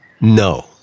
No